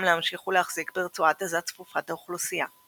להמשיך ולהחזיק ברצועת עזה צפופת האוכלוסייה.